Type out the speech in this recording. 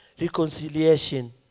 reconciliation